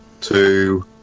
two